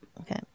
Okay